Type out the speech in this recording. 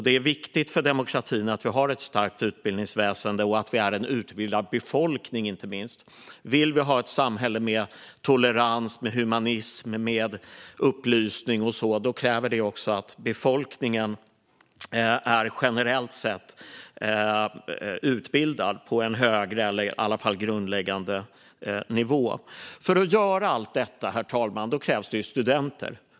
Det är viktigt för demokratin att vi har ett starkt utbildningsväsen och inte minst att vi är en utbildad befolkning. Vill vi ha ett samhälle med tolerans, humanism och upplysning kräver det att befolkningen generellt sett är utbildad på en högre eller i alla fall på en grundläggande nivå. För att göra allt detta, herr talman, krävs det studenter.